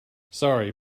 sorry